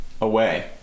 away